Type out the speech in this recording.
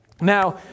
Now